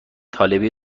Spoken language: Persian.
طالبی